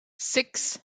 six